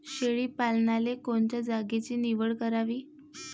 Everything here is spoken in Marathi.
शेळी पालनाले कोनच्या जागेची निवड करावी?